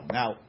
now